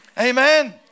Amen